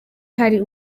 hari